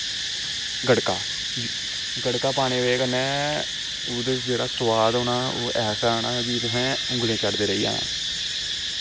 गड़का गड़का पाने दी बज़ह कन्नै ओह्दे च जेह्ड़ा सुआद होना ओह् ऐसा होना कि तुसैं उंगलीं चटदे रेही जाना